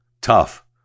Tough